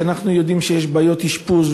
אנחנו יודעים שיש בעיות אשפוז,